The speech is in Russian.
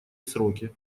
сроки